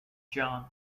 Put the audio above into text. john